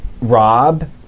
Rob